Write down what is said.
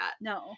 No